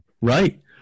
right